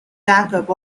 jakob